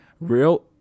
real